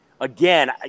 again